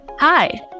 Hi